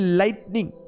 lightning